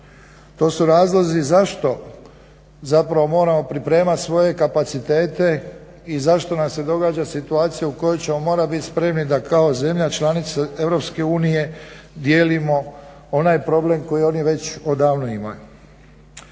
To su razlozi zašto zapravo moramo pripremati svoje kapacitete i zašto nam se događa situacija u kojoj ćemo morat bit spremni da kao zemlja članica EU dijelimo onaj problem koji oni već odavno imaju.